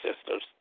sisters